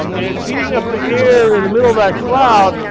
um and it's heating up the air in the middle of that cloud,